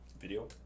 video